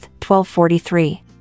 1243